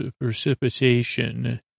precipitation